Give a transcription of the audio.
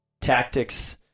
tactics